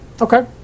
Okay